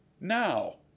Now